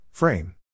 Frame